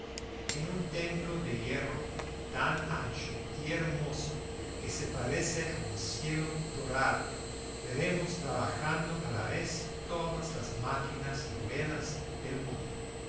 en un templo de hierro tan ancho y hermoso que se parece a un cielo dorado veremos trabajando a la vez todas las máquinas y ruedas del mundo